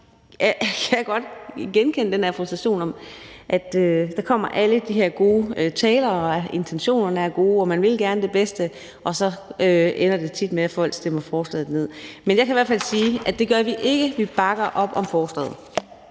jeg godt genkende den der frustration omkring, at der kommer alle de her gode taler, og at intentionerne er gode, og at man gerne vil det bedste, men at det så tit ender med, at folk stemmer forslaget ned. Men jeg kan i hvert fald sige, at det gør vi ikke. For vi bakker op om forslaget.